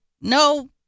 no